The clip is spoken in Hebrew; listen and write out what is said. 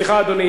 סליחה, אדוני.